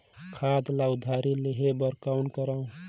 खाद ल उधारी लेहे बर कौन करव?